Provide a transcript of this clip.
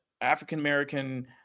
African-American